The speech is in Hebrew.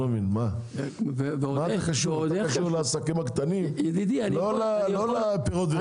אתה קשור לעסקים הקטנים, לא לפירות והירקות.